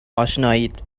آشنایید